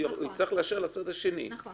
שהכוח